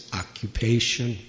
occupation